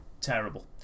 terrible